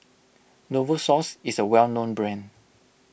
Novosource is a well known brand